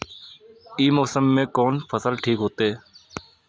ई मौसम में कोन फसल ठीक होते?